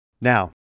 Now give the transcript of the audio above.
Now